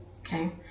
okay